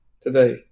today